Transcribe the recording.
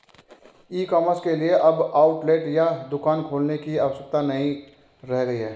ई commerce के लिए अब आउटलेट या दुकान खोलने की आवश्यकता नहीं रह गई है